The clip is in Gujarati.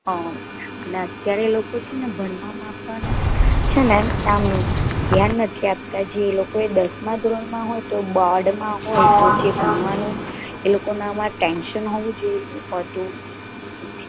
હં અને અત્યારે એ લોકો છેને ભણવામાં પણ છેને આમ ધ્યાન નથી આપતાં જે એ લોકોએ દસમા ધોરણમાં હોય તો બોર્ડમાં હોય તો જે ભણવાનું એ લોકોનાંમાં ટેન્શન હોવું જોઈએ તે હોતું નથી